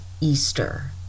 Easter